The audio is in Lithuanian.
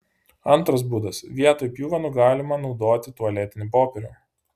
antras būdas vietoj pjuvenų galima naudoti tualetinį popierių